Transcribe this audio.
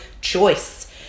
choice